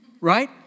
Right